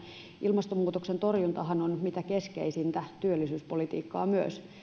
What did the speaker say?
ilmastonmuutoksen torjuntahan on mitä keskeisintä työllisyyspolitiikkaa myös